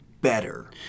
better